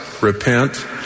repent